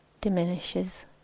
diminishes